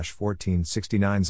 1469